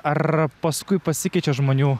ar paskui pasikeičia žmonių